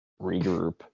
regroup